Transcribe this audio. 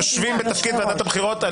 אלא יושבים בתפקיד ועדת הבחירות.